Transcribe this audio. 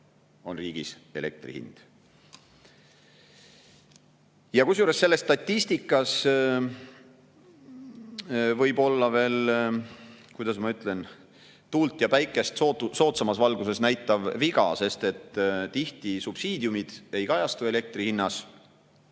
Kusjuures selles statistikas võib olla veel, kuidas ma ütlen, tuult ja päikest soodsamas valguses näitav viga, sest tihti subsiidiumid ei kajastu elektri hinnas